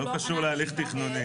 זה לא קשור להליך תכנוני.